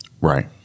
Right